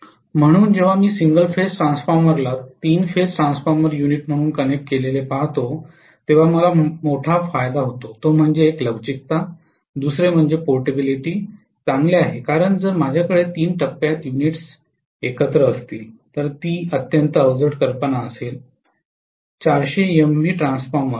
म्हणून जेव्हा मी सिंगल फेज ट्रान्सफॉर्मरला थ्री फेज ट्रान्सफॉर्मर युनिट म्हणून कनेक्ट केलेले पाहतो तेव्हा मला मोठा फायदा होतो तो म्हणजे एक लवचिकता दुसरे म्हणजे पोर्टेबिलिटी चांगले आहे कारण जर माझ्याकडे तीन टप्प्यात युनिट्स एकत्र असतील तर ती अत्यंत अवजड कल्पना असेल 400 एमव्हीए ट्रान्सफॉर्मर